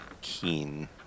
Keen